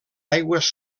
aigües